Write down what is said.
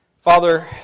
Father